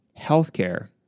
healthcare